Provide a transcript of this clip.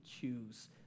choose